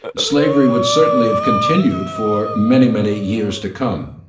slavery word certainly have continued for many, many years to come.